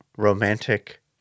romantic